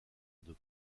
onde